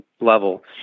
level